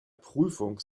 prüfung